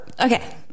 Okay